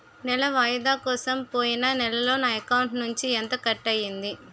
నెల వాయిదా కోసం పోయిన నెలలో నా అకౌంట్ నుండి ఎంత కట్ అయ్యింది?